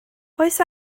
oes